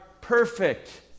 perfect